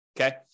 okay